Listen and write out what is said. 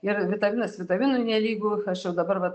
ir vitaminas vitaminui nelygu aš jau dabar vat